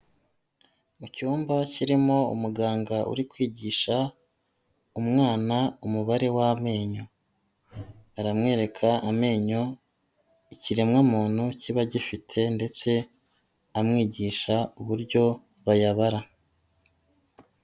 Mu cyumba kirimo umuganga uri kwigisha umwana umubare w'amenyo, aramwereka amenyo ikiremwamuntu kiba gifite ndetse amwigisha uburyo bayabara.